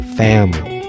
family